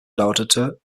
lautete